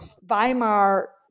Weimar